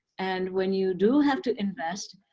and when you do have to invest,